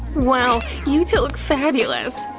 wow, you two look fabulous!